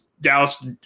Dallas